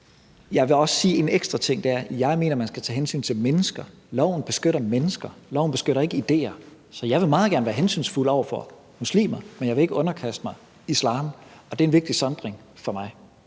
Jeg vil også sige en ekstra ting, og det er, at jeg mener, at man skal tage hensyn til mennesker. Loven beskytter mennesker. Loven beskytter ikke idéer. Så jeg vil meget gerne være hensynsfuld over for muslimer, men jeg vil ikke underkaste mig islam, og det er en vigtig sondring for mig.